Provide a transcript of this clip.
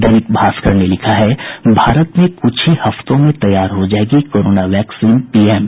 दैनिक भास्कर ने लिखा है भारत में कुछ ही हफ्तों में तैयार हो जायेगी कोरोना वैक्सीन पीएम